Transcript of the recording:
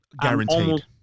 Guaranteed